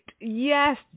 Yes